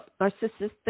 narcissistic